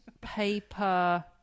paper